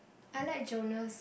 I like Jonas